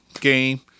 game